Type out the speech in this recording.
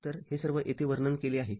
तर हे सर्व येथे वर्णन केले आहे